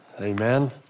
Amen